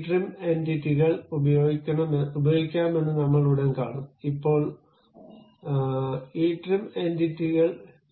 ഈ ട്രിം എന്റിറ്റികൾ